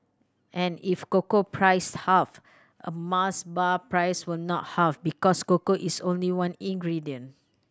and if cocoa prices halved a Mars bar price will not halve because cocoa is only one ingredient